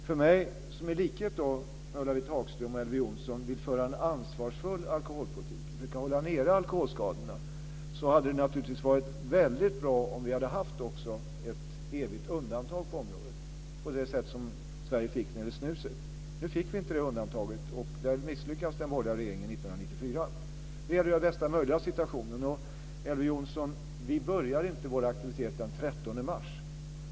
För mig som, i likhet med Ulla-Britt Hagström och Elver Jonsson, vill föra en ansvarsfull alkoholpolitik och försöka hålla nere alkoholskadorna hade det naturligtvis varit väldigt bra om vi hade haft ett evigt undantag på området på det sätt som Sverige fick när det gällde snuset. Nu fick vi inte det undantaget. Där misslyckades den borgerliga regeringen 1994. Nu gäller det att göra det bästa möjliga av situationen. Vi började inte vår aktivitet den 13 mars, Elver Jonsson.